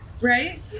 Right